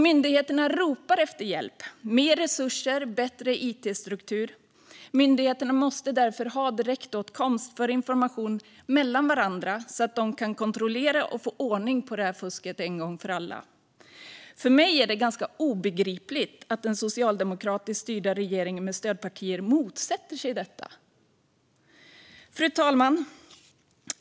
Myndigheterna ropar efter hjälp. De behöver mer resurser och bättre it-struktur. Myndigheterna måste ha direktåtkomst för utbyte av information mellan varandra för att kunna kontrollera och få ordning på fusket en gång för alla. För mig är det obegripligt att den socialdemokratiskt styrda regeringen med stödpartier motsätter sig detta. Fru talman!